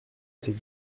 était